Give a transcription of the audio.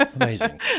Amazing